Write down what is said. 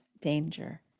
danger